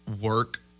work